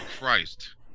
Christ